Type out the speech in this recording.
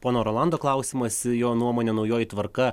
pono rolando klausimas jo nuomone naujoji tvarka